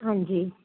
ਹਾਂਜੀ